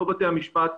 לא בתי המשפט,